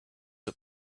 for